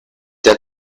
der